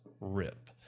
RIP